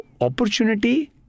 opportunity